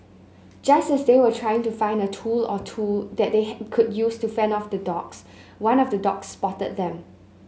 just as they were trying to find a tool or two that they could use to fend off the dogs one of the dogs spotted them